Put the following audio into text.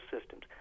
systems